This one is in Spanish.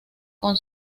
con